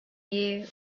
year